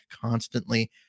constantly